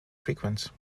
frequent